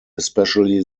especially